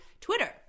Twitter